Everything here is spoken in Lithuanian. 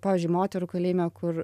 pavyzdžiui moterų kalėjime kur